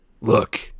Look